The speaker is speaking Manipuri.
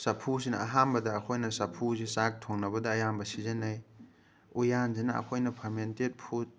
ꯆꯐꯨꯁꯤꯅ ꯑꯍꯥꯟꯕꯗ ꯑꯩꯈꯣꯏꯅ ꯆꯐꯨꯁꯤ ꯆꯥꯛ ꯊꯣꯡꯅꯕꯗ ꯑꯌꯥꯝꯕ ꯁꯤꯖꯤꯟꯅꯩ ꯎꯌꯥꯟꯁꯤꯅ ꯑꯩꯈꯣꯏꯅ ꯐꯔꯃꯦꯟꯇꯦꯠ ꯐꯨꯗ